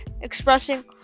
expressing